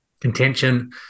contention